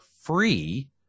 free